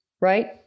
right